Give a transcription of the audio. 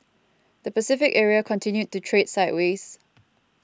the Pacific area continued to trade sideways